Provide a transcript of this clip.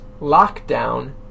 lockdown